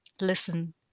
listen